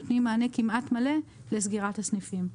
נותנים מענה כמעט מלא לסגירת הסניפים.